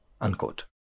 unquote